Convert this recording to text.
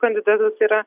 kandidatus yra